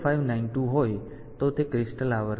0592 હોય તો તે ક્રિસ્ટલ આવર્તન છે